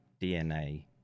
DNA